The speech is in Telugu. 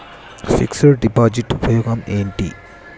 ఫిక్స్ డ్ డిపాజిట్ ఉపయోగం ఏంటి?